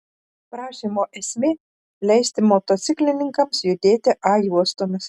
prašymo esmė leisti motociklininkams judėti a juostomis